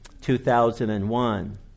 2001